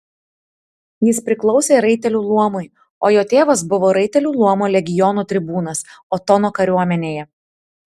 jis priklausė raitelių luomui o jo tėvas buvo raitelių luomo legionų tribūnas otono kariuomenėje